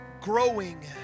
growing